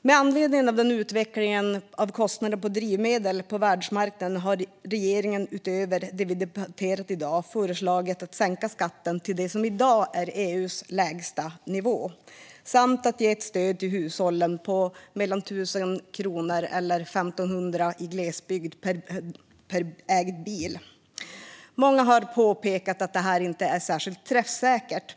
Med anledning av utvecklingen av kostnader för drivmedel på världsmarknaden har regeringen, utöver det vi debatterat i dag, föreslagit att sänka skatten till det som i dag är EU:s lägsta nivå samt att ge ett stöd till hushållen med 1 000 kronor eller 1 500 kronor i glesbygd per ägd bil. Många har påpekat att det inte är särskilt träffsäkert.